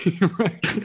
right